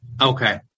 Okay